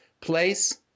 place